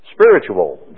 Spiritual